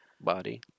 body